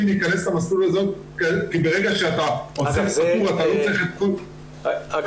להיכנס למסלול הזה כי ברגע שאתה עוסק פטור אתה לא צריך את כל --- רועי,